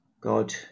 God